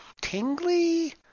tingly